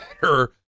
better